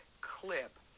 clip